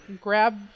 grab